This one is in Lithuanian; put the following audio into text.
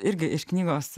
irgi iš knygos